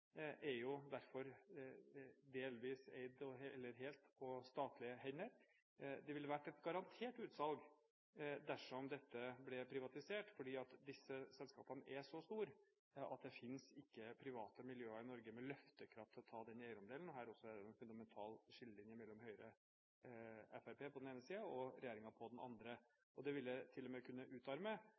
er derfor delvis statlig eid eller er helt på statlige hender. Det ville garantert vært et utsalg dersom dette ble privatisert, for disse selskapene er så store at det finnes ikke private miljøer i Norge med løftekraft til å ta en slik eierandel. Også her er det en fundamental skillelinje mellom Høyre og Fremskrittspartiet på den ene siden og regjeringen på den andre. Det ville til og med kunne utarme